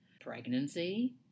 pregnancy